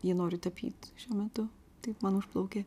jį noriu tapyt šiuo metu taip man užplaukė